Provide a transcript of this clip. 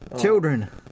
Children